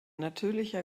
natürlicher